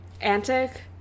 antic